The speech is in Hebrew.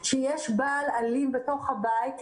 שיש בעל אלים בתוך הבית,